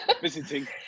visiting